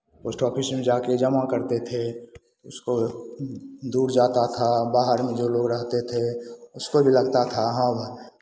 post office में जा के जमा करते थे इसको दूर जाता था बाहर में जो लोग रहते थे उसको भी लगता था अब